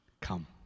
Come